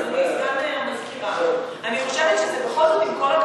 אדוני סגן המזכירה, אני חושבת שזה בכל זאת,